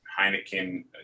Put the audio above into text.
Heineken